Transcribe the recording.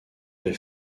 l’ai